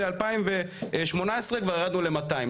ב-2018 כבר ירדנו ל-200,